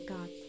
God